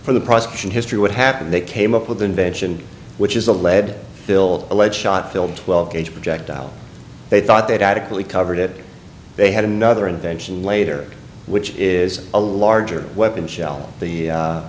for the prosecution history what happened they came up with the invention which is the lead hill lead shot field twelve gauge projectile they thought they'd adequately covered it they had another invention later which is a larger weapon shell the